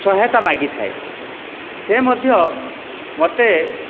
ସହାୟତା ମାଗିଥାଏ ସେ ମଧ୍ୟ ମୋତେ